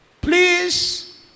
please